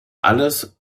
alles